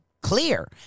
clear